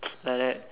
like that